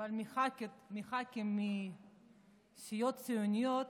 אבל מח"כים מסיעות ציוניות